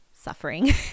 suffering